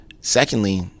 Secondly